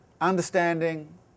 understanding